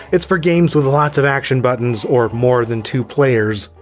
it's for games with lots of action buttons or more than two players.